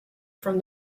from